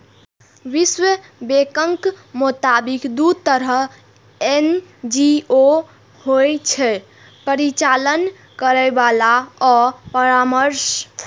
विश्व बैंकक मोताबिक, दू तरहक एन.जी.ओ होइ छै, परिचालन करैबला आ परामर्शी